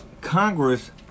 Congress